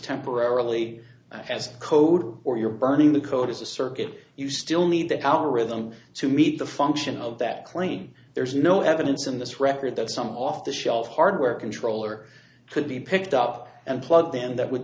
temporarily as code or you're burning the code is a circuit you still need the algorithm to meet the function of that claim there's no evidence in this record that some off the shelf hardware controller could be picked up and plugged in that would